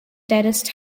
terraced